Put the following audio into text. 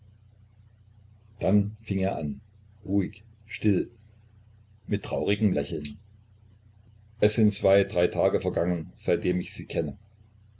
dann fing er an ruhig still mit traurigem lächeln es sind zwei drei tage vergangen seitdem ich sie kenne